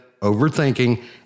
overthinking